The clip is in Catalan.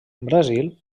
brasil